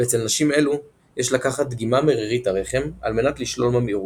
ואצל נשים אלו יש לקחת דגימה מרירית הרחם על מנת לשלול ממאירות.